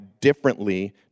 differently